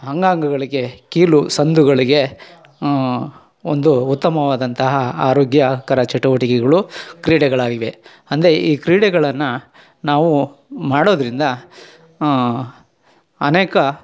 ಅಂಗಾಂಗಗಳಿಗೆ ಕೀಲು ಸಂದುಗಳಿಗೆ ಒಂದು ಉತ್ತಮವಾದಂತಹ ಆರೋಗ್ಯಕರ ಚಟುವಟಿಕೆಗಳು ಕ್ರೀಡೆಗಳಾಗಿವೆ ಅಂದರೆ ಈ ಕ್ರೀಡೆಗಳನ್ನು ನಾವು ಮಾಡೋದ್ರಿಂದ ಅನೇಕ